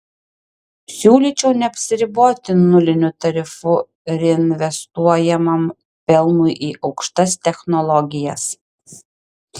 siūlyčiau neapsiriboti nuliniu tarifu reinvestuojamam pelnui į aukštas technologijas